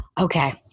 Okay